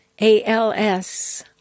A-L-S